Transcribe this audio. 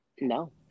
no